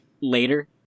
later